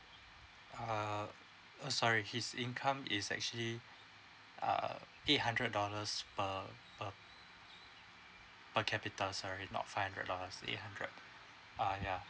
err uh sorry his income is actually uh eight hundred dollars per per capita sorry not five hundred dollar eight hundred ah ya